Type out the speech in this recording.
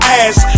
ass